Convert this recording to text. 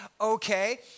okay